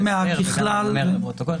לעמדתנו,